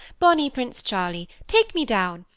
bonny prince charlie, take me down,